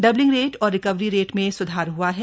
doubling rate और recovery rate में स्धार हआ है